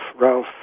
Ralph